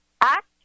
act